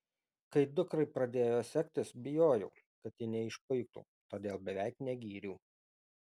kai dukrai pradėjo sektis bijojau kad ji neišpuiktų todėl beveik negyriau